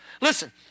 Listen